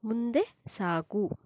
ಮುಂದೆ ಸಾಗು